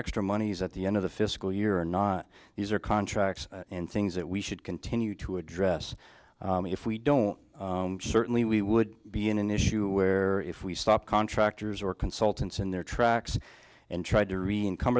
extra monies at the end of the fiscal year or not these are contracts and things that we should continue to address if we don't certainly we would be in an issue where if we stop contractors or consultants in their tracks and try to re